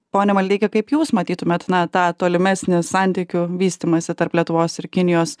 pone maldeiki kaip jūs matytumėt na tą tolimesnį santykių vystymąsi tarp lietuvos ir kinijos